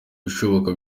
ibishoboka